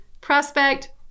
prospect